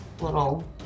little